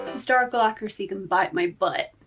historical accuracy can bite my butt.